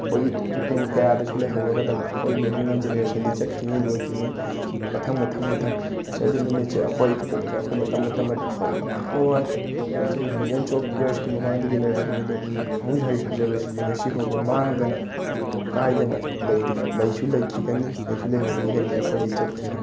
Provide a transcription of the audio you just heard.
ꯑꯩꯈꯣꯏꯒꯤ ꯇꯨꯡ ꯇꯨꯡ ꯀꯌꯥꯗꯁꯨ ꯂꯩꯍꯧꯔꯒꯗꯕ ꯑꯩꯈꯣꯏ ꯍ꯭ꯌꯨꯃꯦꯟ ꯖꯦꯅꯦꯔꯦꯁꯟꯗꯤ ꯆꯠꯈꯤꯅꯤ ꯂꯣꯏꯈꯤꯅꯤ ꯃꯊꯪ ꯃꯊꯪ ꯃꯊꯪ ꯅꯦꯆꯔꯗꯤ ꯑꯗꯨꯝ ꯂꯩꯖꯩ ꯑꯩꯈꯣꯏ ꯄꯣꯛꯇ꯭ꯔꯤꯉꯩ ꯑꯩꯈꯣꯏ ꯃꯇꯝ ꯃꯇꯝ ꯃꯇꯝ ꯑꯩꯈꯣꯏ ꯃꯃꯥꯡ ꯃꯃꯥꯡ ꯑꯩꯈꯣꯏ ꯆꯍꯤ ꯕꯤꯂꯤꯌꯟꯁ ꯑꯣꯐ ꯏꯌꯔꯁꯀꯤ ꯃꯃꯥꯡꯗꯒꯤ ꯂꯩꯔꯛꯑꯕꯅꯤ ꯑꯗꯣ ꯃꯍꯧꯁꯥꯒꯤ ꯐꯖꯕꯁꯤꯗꯤ ꯉꯁꯤ ꯐꯥꯎꯕ ꯃꯥꯡꯗꯅ ꯀꯥꯏꯗꯅ ꯂꯩꯔꯤ ꯂꯩꯁꯨ ꯂꯩꯈꯤꯒꯅꯤ ꯂꯩꯁꯨ ꯂꯩꯍꯧꯈꯤꯒꯅꯤ ꯑꯩꯈꯣꯏꯗꯤ ꯆꯠꯈꯤꯅꯤ